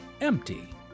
empty